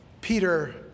Peter